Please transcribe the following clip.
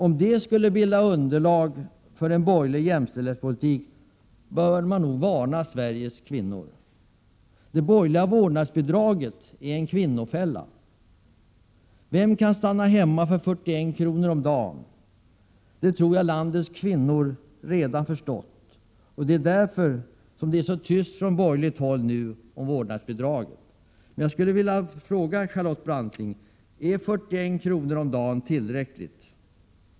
Om detta skall bilda underlag för en borgerlig jämställdhetspolitik bör man nog varna Sveriges kvinnor. Det borgerliga vårdnadsbidraget är en kvinnofälla! Vem kan stanna hemma för 41 kr. om dagen? Att det är omöjligt tror jag att landets kvinnor redan förstått, och det är därför det nu är så tyst från borgerligt håll om vårdnadsbidraget. Jag skulle vilja fråga Charlotte Branting: Är 41 kr. om dagen tillräckligt?